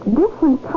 different